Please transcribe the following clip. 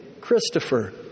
Christopher